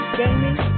gaming